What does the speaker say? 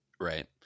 Right